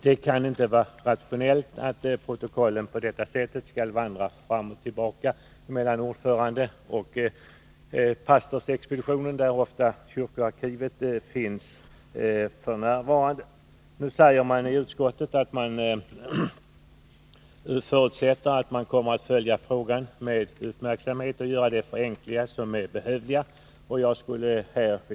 Det kan inte vara rationellt att protokollen på detta sätt skall vandra fram och tillbaka mellan ordföranden och pastorsexpeditionen, där kyrkoarkivet f. n. ofta finns. Utskottet förutsätter att riksarkivet kommer att följa frågan med uppmärksamhet och göra de förenklingar som kan behöva göras.